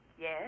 Yes